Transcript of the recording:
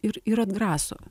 ir ir atgraso